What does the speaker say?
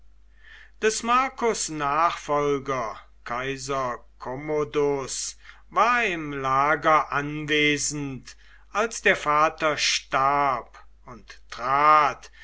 des marcus nachfolger kaiser commodus war im lager anwesend als der vater starb und trat